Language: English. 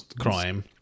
Crime